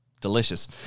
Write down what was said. Delicious